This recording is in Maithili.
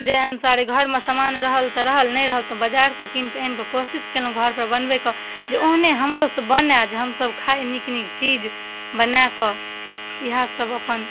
जे अनुसारे घरमे समान रहल तऽ रहल नहि रहल तऽ बजारसँ कीनिकऽ आनिकऽ कोशिश कएलहुँ घरपर बनबैके जे ओहने हमरोसँ बनै जे हमसभ खाइ नीक नीक चीज बनाकऽ इएहसब अपन